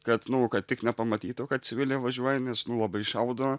kad nu kad tik nepamatytų kad civiliai važiuoja nes nu labai šaudo